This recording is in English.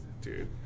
Dude